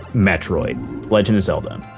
metroid legend of zelda.